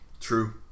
true